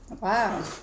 Wow